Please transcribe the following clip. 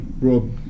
Rob